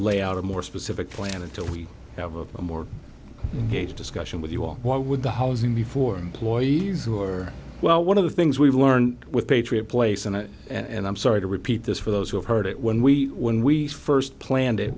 lay out a more specific plan until we have a more heated discussion with you all why would the housing be for employees who are well one of the things we've learned with patriot place in it and i'm sorry to repeat this for those who have heard it when we when we first planned it